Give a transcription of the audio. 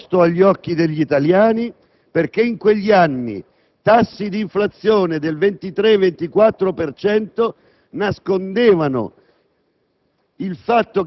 fu nascosto agli occhi degli italiani, perché in quegli anni tassi di inflazione del 23-24 per cento nascondevano